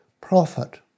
Prophet